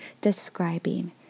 describing